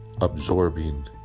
absorbing